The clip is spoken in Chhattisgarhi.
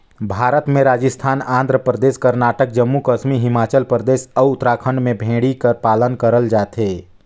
भारत में राजिस्थान, आंध्र परदेस, करनाटक, जम्मू कस्मी हिमाचल परदेस, अउ उत्तराखंड में भेड़ी कर पालन करल जाथे